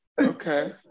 Okay